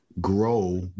grow